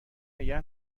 نگه